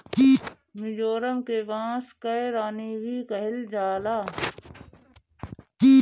मिजोरम के बांस कअ रानी भी कहल जाला